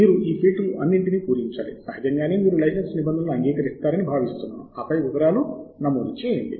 మీరు ఈ ఫీల్దులు అన్నింటినీ పూరించాలి సహజంగానే మీరు లైసెన్స్ నిబంధనలు అంగీకరిస్తారని భావిస్తున్నారు ఆపై వివరాలు నమోదు చేయండి